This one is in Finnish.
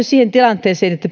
siihen tilanteeseen että